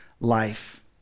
life